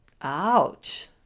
Ouch